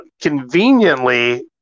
conveniently